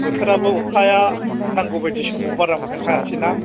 बोथोराबो अखाया नांगौबायदि समाव बारा मोजां हायासैना